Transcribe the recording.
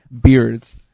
Beards